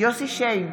יוסף שיין,